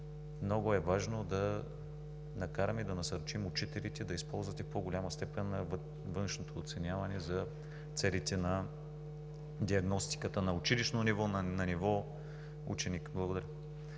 много е важно да накараме, да насърчим учителите да използват и по-голяма степен във външното оценяване за целите на диагностиката на училищно ниво, на ниво ученик. Благодаря.